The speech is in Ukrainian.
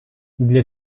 для